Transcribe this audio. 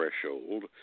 threshold